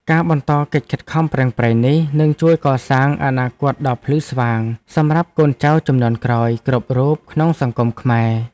ការបន្តកិច្ចខិតខំប្រឹងប្រែងនេះនឹងជួយកសាងអនាគតដ៏ភ្លឺស្វាងសម្រាប់កូនចៅជំនាន់ក្រោយគ្រប់រូបក្នុងសង្គមខ្មែរ។